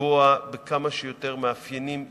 לנגוע בכמה שיותר מאפיינים ייחודיים,